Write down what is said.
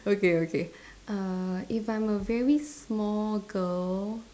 okay okay err if I'm a very small girl